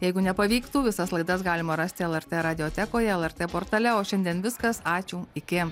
jeigu nepavyktų visas laidas galima rasti lrt radiotekoje lrt portale o šiandien viskas ačiū iki